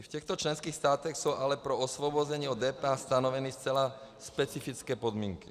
V těchto členských státech jsou ale pro osvobození od DPH stanoveny zcela specifické podmínky.